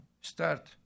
start